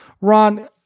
Ron